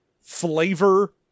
flavor